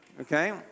okay